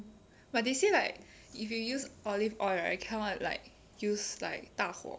but they say like if you use olive oil right cannot like use like 大火